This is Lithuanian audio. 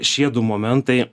šie du momentai